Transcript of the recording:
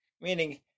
Meaning